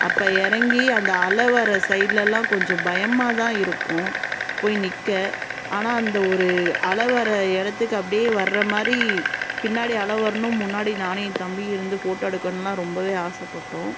அப்போ இறங்கி அந்த அலை வர சைட்லெலாம் கொஞ்சம் பயமாக தான் இருக்கும் போய் நிற்க ஆனால் அந்த ஒரு அலை வர இடத்துக்கு அப்படியே வர்ற மாதிரி பின்னாடி அலை வரணும் முன்னாடி நானும் என் தம்பியும் இருந்து ஃபோட்டோ எடுக்கணுமெலாம் ரொம்பவே ஆசைப்பட்டோம்